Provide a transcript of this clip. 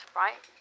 right